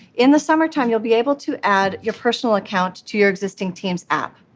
in the summertime, you'll be able to add your personal account to your existing teams app.